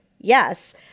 Yes